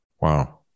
Wow